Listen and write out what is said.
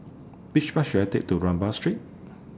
Which Bus should I Take to Rambau Street